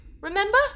Remember